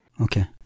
Okay